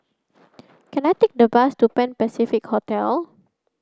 can I take a bus to Pan Pacific Orchard